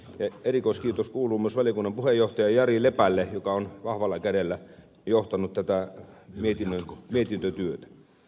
erikoiskiitos kuuluu myös valiokunnan puheenjohtajalle jari lepälle joka on vahvalla kädellä johtanut tätä mietintötyötä